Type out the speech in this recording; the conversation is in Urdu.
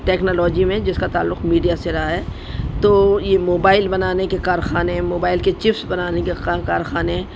ٹیکنالوجی میں جس کا تعلق میڈیا سے رہا ہے تو یہ موبائل بنانے کے کارخانے موبائل کے چپس بنانے کے ک کارخانے